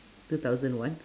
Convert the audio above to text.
two thousand one